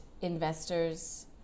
investors